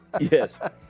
Yes